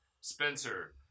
Spencer